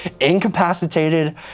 Incapacitated